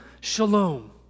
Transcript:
shalom